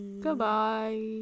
goodbye